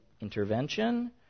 intervention